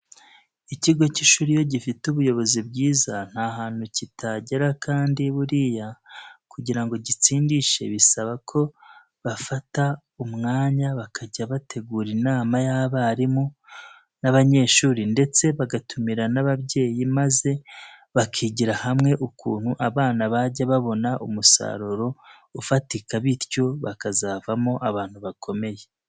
Ikigo cy'ishuri iyo gifite ubuyobozi bwiza nta hantu kitagera kandi buriya kugira ngo gitsindishe bisaba ko bafata umwanya bakajya bategura inama y'abarimu n'abanyeshuri ndetse bagatumira n'ababyeyi maze bakigira hamwe ukuntu abana bajya babona umusaruro ufatika bityo bakazavamo abantu bakomeye.